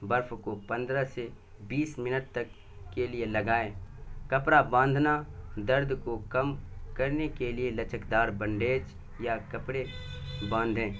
برف کو پندرہ سے بیس منٹ تک کے لیے لگائیں کپڑا باندھنا درد کو کم کرنے کے لیے لچکدار بنڈیج یا کپڑے باندھیں